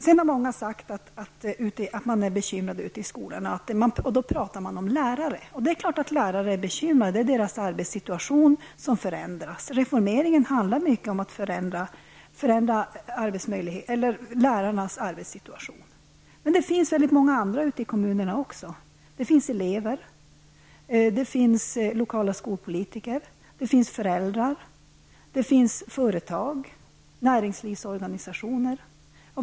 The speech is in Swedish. Många har sagt att man är bekymrade i skolorna, och då talar man om lärare. Självfallet är lärare bekymrade över att deras arbetssituation förändras. Reformeringen handlar mycket om att förändra lärarnas arbetssituation. Men det finns också många andra människor i kommunerna. Det finns elever, lokala skolpolitiker och föräldrar. Det finns företag, näringslivsorganisationer.